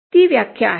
ती व्याख्या आहे